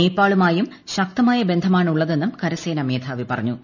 നേപ്പാളുമായും ശക്തമായ ബന്ധമാണുള്ളതെന്നും കരസേനാ മേധാവി പറഞ്ഞു